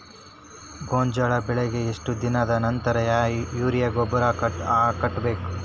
ಗೋಂಜಾಳ ಬೆಳೆಗೆ ಎಷ್ಟ್ ದಿನದ ನಂತರ ಯೂರಿಯಾ ಗೊಬ್ಬರ ಕಟ್ಟಬೇಕ?